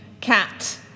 cat